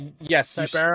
Yes